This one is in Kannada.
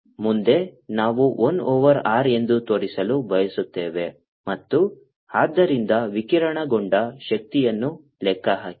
ಮುಂದೆ ನಾವು 1 ಓವರ್ r ಎಂದು ತೋರಿಸಲು ಬಯಸುತ್ತೇವೆ ಮತ್ತು ಆದ್ದರಿಂದ ವಿಕಿರಣಗೊಂಡ ಶಕ್ತಿಯನ್ನು ಲೆಕ್ಕಹಾಕಿ